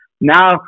now